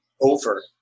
over